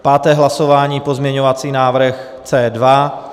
Páté hlasování pozměňovací návrh C2.